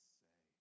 say